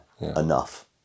enough